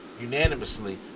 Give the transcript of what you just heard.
unanimously